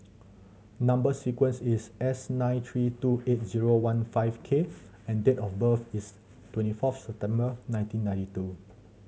number sequence is S nine three two eight zero one five K and date of birth is twenty fourth September nineteen ninety two